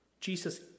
Jesus